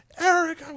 Eric